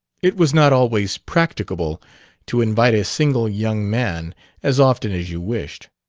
it was not always practicable to invite a single young man as often as you wished.